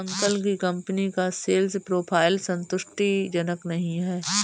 uncle की company का sales profile संतुष्टिजनक नही है